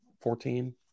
Fourteen